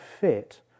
fit